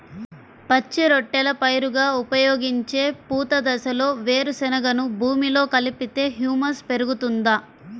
పచ్చి రొట్టెల పైరుగా ఉపయోగించే పూత దశలో వేరుశెనగను భూమిలో కలిపితే హ్యూమస్ పెరుగుతుందా?